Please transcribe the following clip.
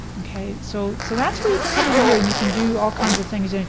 okay? so so that's where you could come in here and you could do all kinds of things. like